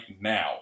now